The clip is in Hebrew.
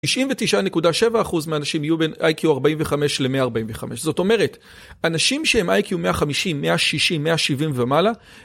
99.7% מהאנשים יהיו בין IQ 45 ל-145, זאת אומרת, אנשים שהם IQ 150, 160, 170 ומעלה,